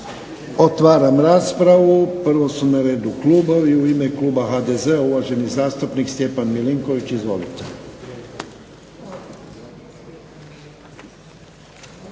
Otvaram raspravu. Prvo su na redu klubovi. U ime kluba HDZ-a uvaženi zastupnik Stjepan Milinković. Izvolite.